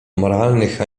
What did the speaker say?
moralnych